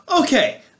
okay